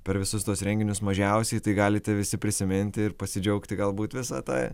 per visus tuos renginius mažiausiai tai galite visi prisiminti ir pasidžiaugti galbūt visa ta